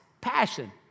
passion